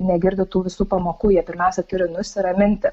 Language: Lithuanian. negirdi tų visų pamokų jie pirmiausia turi nusiraminti